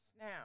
Now